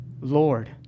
Lord